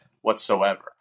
whatsoever